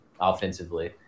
offensively